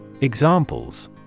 Examples